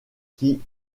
qui